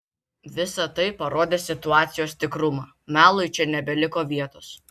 visa tai parodė situacijos tikrumą melui čia nebeliko vietos